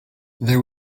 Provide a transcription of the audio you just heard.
there